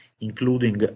including